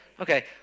Okay